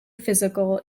physical